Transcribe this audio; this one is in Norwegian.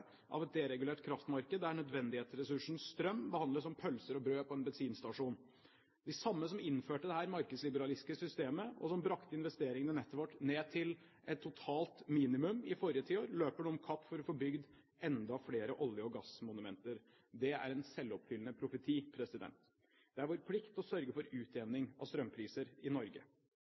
av et deregulert kraftmarked der nødvendighetsressursen strøm behandles som pølser og brød på en bensinstasjon. De samme som innførte dette markedsliberalistiske systemet, og som brakte investeringene i nettet vårt ned til et totalt minimum i forrige tiår, løper nå om kapp for å få bygd enda flere olje- og gassmonumenter. Det er en selvoppfyllende profeti. Det er vår plikt å sørge for utjevning av strømpriser i Norge.